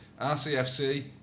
RCFC